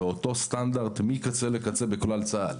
באותו סטנדרט מקצה לקצה בכלל צה"ל.